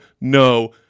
no